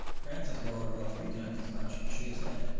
france has borrowed about three times as much as she has lent.